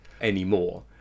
anymore